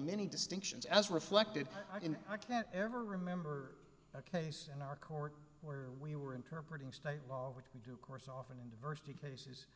many distinctions as reflected i mean i can't ever remember a case in our court where we were interpret ing state law which we do course often in diversity case